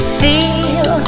feel